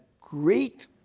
great